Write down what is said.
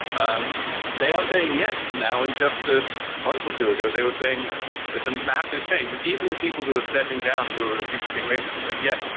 um they are saying yes. now, in just a month or two ago, they were saying no. it's a massive change. and even the people who are stepping down, who are accused of being racist are saying, yes,